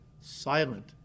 silent